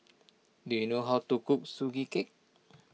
do you know how to cook Sugee Cake